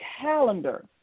Calendar